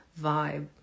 vibe